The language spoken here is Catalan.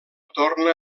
torna